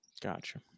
Gotcha